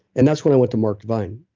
and that's when i went to mark divine,